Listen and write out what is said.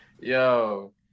Yo